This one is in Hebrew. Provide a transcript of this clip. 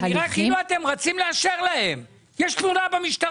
כל אחד שאל את השאלות כי מבחינתכם באמת עשיתם תחקיר אמיתי,